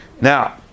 Now